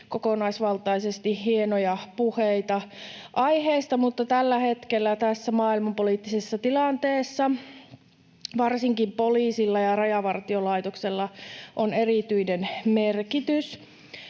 kokonaisvaltaisesti hienoja puheita aiheista, mutta tällä hetkellä tässä maailmanpoliittisessa tilanteessa varsinkin poliisilla ja Rajavartiolaitoksella on erityinen merkitys.